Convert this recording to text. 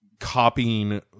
copying